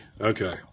Okay